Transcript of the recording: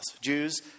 Jews